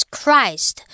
Christ